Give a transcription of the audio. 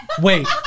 wait